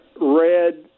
red